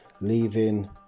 leaving